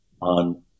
on